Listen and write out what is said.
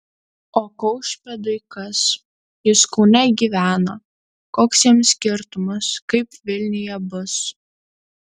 o kaušpėdui kas jis kaune gyvena koks jam skirtumas kaip vilniuje bus